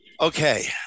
okay